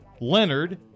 leonard